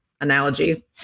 analogy